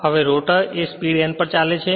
હવે રોટર એ speed n પર ચાલે છે